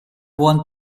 buon